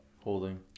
Holding